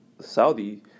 Saudi